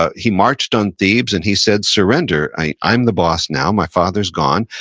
ah he marched on thebes and he said, surrender, i'm the boss now, my father's gone.